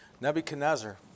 Nebuchadnezzar